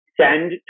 send